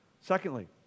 Secondly